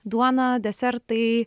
duona desertai